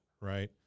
Right